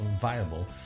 viable